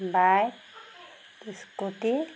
bike scooty